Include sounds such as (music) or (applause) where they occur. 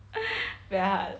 (breath) very hard